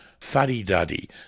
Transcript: fuddy-duddy